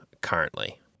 currently